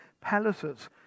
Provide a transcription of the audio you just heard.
palaces